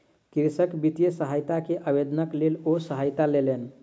कृषक वित्तीय सहायता के आवेदनक लेल ओ सहायता लेलैन